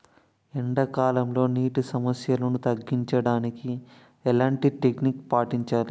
ఎండా కాలంలో, నీటి సమస్యలను తగ్గించడానికి ఎలాంటి టెక్నిక్ పాటించాలి?